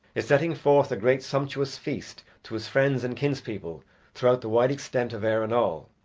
is setting forth a great sumptuous feast to his friends and kinspeople throughout the wide extent of erin all,